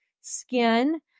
skin